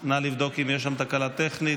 נא לבדוק אם יש שם תקלה טכנית.